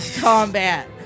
combat